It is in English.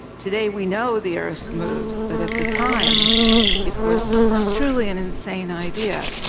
today we know the earth moves, but at the time it was truly an insane idea,